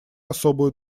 особую